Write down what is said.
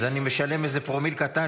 אז אני משלם איזה פרומיל קטן,